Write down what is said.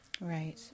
Right